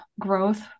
growth